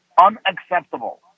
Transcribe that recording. Unacceptable